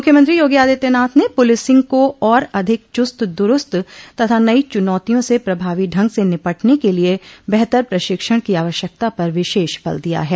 मुख्यमंत्री योगी आदित्यनाथ ने पुलिसिंग को और अधिक चुस्त दुरूस्त तथा नई चुनौतियों से प्रभावी ढंग से निपटने के लिए बेहतर प्रशिक्षण की आवश्यकता पर विशेष बल दिया है